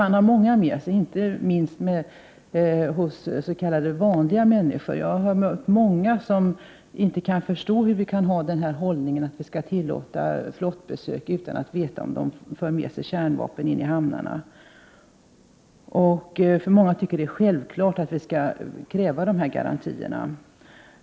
Han har många med sig, inte minst hos s.k. vanliga människor. Jag har mött åtskilliga som inte kan förstå hur vi kan inta den hållningen att vi skall tillåta flottbesök utan att veta om fartygen för med sig kärnvapen in i hamnarna. Många tycker att det är självklart att vi skall kräva garantier mot detta.